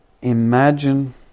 imagine